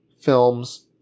films